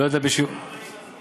גם אני מסכים אתך.